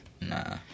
Nah